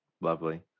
Lovely